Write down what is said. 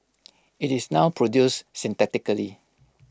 IT is now produced synthetically